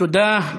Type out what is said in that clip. תודה.